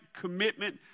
commitment